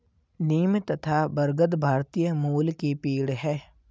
नीम तथा बरगद भारतीय मूल के पेड है